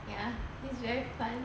ya it's very fun